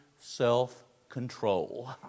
self-control